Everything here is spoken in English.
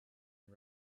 and